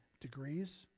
degrees